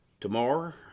Tomorrow